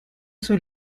sus